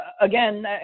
again